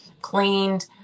cleaned